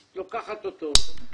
את לוקחת אותו,